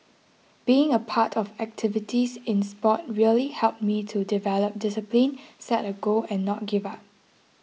being a part of activities in sport really helped me to develop discipline set a goal and not give up